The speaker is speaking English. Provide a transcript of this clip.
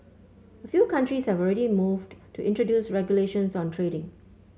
a few countries have already moved to introduce regulations on trading